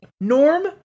Norm